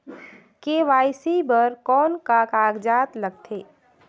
KYC बर कौन का कागजात लगथे?